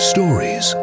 Stories